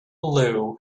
blue